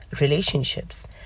relationships